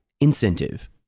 incentive